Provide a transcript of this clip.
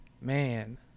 Man